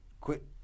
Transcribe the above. quit